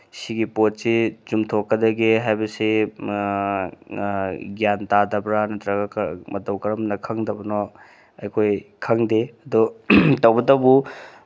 ꯁꯤꯒꯤ ꯄꯣꯠꯁꯤ ꯆꯨꯝꯊꯣꯛꯀꯗꯒꯦ ꯍꯥꯏꯕꯁꯦ ꯒ꯭ꯌꯥꯟ ꯇꯥꯗꯕ꯭ꯔꯥ ꯅꯠꯇꯔꯒ ꯃꯇꯧ ꯀꯔꯝꯅ ꯈꯪꯗꯕꯅꯣ ꯑꯩꯈꯣꯏ ꯈꯪꯗꯦ ꯑꯗꯣ ꯇꯧꯕꯇꯕꯨ